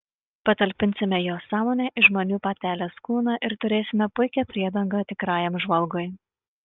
patalpinsime jos sąmonę į žmonių patelės kūną ir turėsime puikią priedangą tikrajam žvalgui